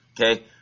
okay